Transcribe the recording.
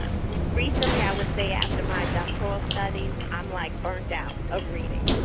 recently i would say after my doctoral studies, i'm like, burnt out of reading.